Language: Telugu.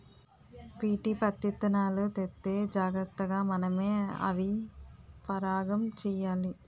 బీటీ పత్తిత్తనాలు తెత్తే జాగ్రతగా మనమే అవి పరాగం చెయ్యాలి